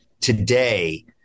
today